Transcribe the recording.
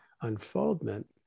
unfoldment